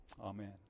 Amen